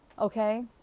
okay